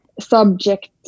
subject